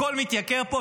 הכול מתייקר פה.